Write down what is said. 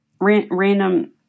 random